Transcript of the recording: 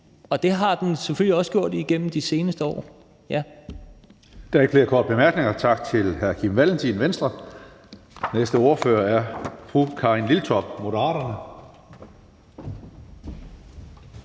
og det har de selvfølgelig også gjort igennem de seneste år.